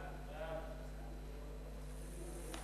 ההצעה להעביר את הצעת חוק הגנת הצרכן (תיקון,